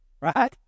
Right